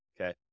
okay